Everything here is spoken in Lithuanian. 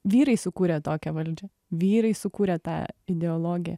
vyrai sukūrė tokią valdžią vyrai sukūrė tą ideologiją